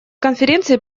конференции